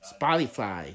Spotify